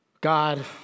God